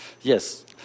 Yes